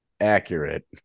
accurate